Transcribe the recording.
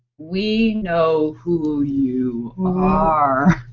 we know who you um um are!